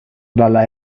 dalla